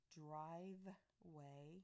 driveway